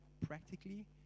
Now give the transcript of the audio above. practically